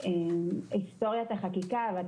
היסטוריית החקיקה ועל